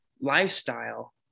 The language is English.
lifestyle